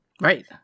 Right